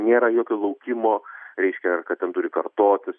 nėra jokio laukimo reiškia ar kad ten turi kartotis